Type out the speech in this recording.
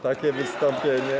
Takie wystąpienie.